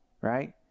right